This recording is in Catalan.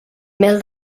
mel